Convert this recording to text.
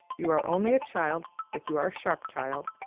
you are only a child, but you are a sharp child,